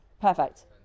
perfect